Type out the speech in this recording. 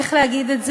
איך להגיד את זה?